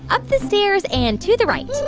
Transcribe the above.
up the stairs and to the right